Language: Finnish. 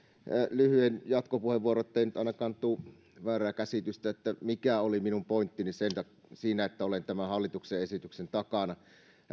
lyhyen jatkopuheenvuoron ettei nyt ainakaan tule väärää käsitystä siitä mikä oli minun pointtini siinä että olen tämän hallituksen esityksen takana